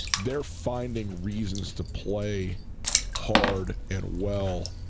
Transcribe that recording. they're finding reasons to play hard and well